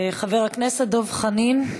חבר הכנסת דב חנין,